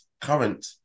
current